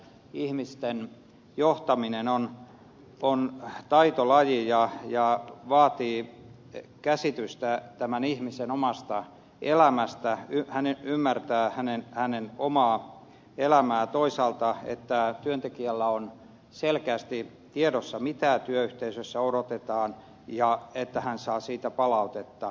ihmisten johtaminen on taitolaji ja vaatii käsitystä ihmisen omasta elämästä taitoa ymmärtää hänen omaa elämäänsä ja toisaalta sitä että työntekijällä on selkeästi tiedossa mitä työyhteisössä odotetaan ja että hän saa siitä palautetta